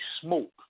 smoke